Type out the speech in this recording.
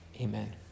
amen